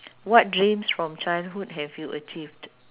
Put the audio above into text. what dreams from childhood have you achieved